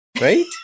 Right